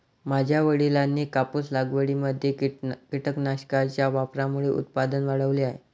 माझ्या वडिलांनी कापूस लागवडीमध्ये कीटकनाशकांच्या वापरामुळे उत्पादन वाढवले आहे